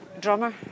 drummer